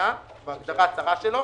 המדינה בהגדרה הצרה שלו.